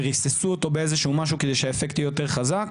וריססו אותו באיזשהו משהו כדי שהאפקט יהיה יותר חזק,